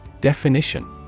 Definition